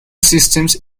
systems